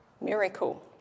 miracle